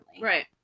right